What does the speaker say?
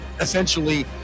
essentially